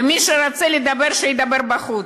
מי שרוצה לדבר, שידבר בחוץ.